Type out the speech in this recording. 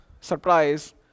surprise